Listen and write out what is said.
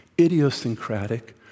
idiosyncratic